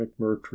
McMurtry